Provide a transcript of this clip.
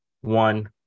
one